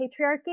patriarchy